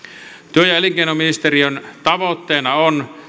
työ ja elinkeinoministeriön tavoitteena on